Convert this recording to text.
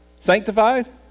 sanctified